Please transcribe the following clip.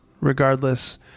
regardless